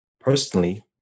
personally